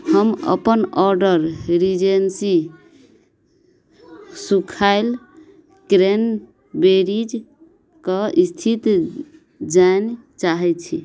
हम अपन order regency सुखाएल क्रैनबेरीजके इस्थिति जानै चाहै छी